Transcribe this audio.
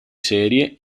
serie